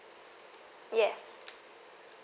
yes